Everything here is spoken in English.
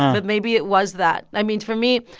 but maybe it was that. i mean, for me,